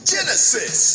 Genesis